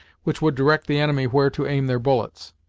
which would direct the enemy where to aim their bullets.